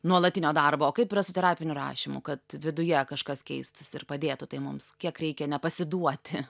nuolatinio darbo o kaip yra su terapiniu rašymu kad viduje kažkas keistųsi ir padėtų tai mums kiek reikia nepasiduoti